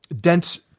dense